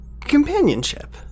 companionship